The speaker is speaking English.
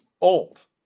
old